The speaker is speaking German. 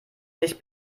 nicht